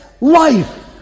life